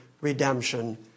redemption